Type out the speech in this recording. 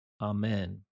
Amen